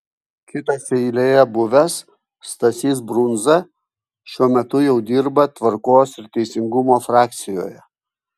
kitas eilėje buvęs stasys brundza šiuo metu jau dirba tvarkos ir teisingumo frakcijoje